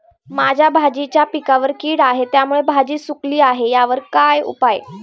माझ्या भाजीच्या पिकावर कीड आहे त्यामुळे भाजी सुकली आहे यावर काय उपाय?